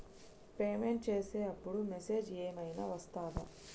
Payment చేసే అప్పుడు message ఏం ఐనా వస్తదా?